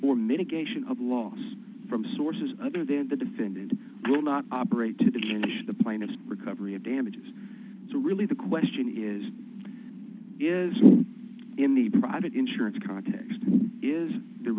or mitigation of loss from sources other than the defendant will not operate to change the plaintiff's recovery of damages so really the question is in the private insurance context is the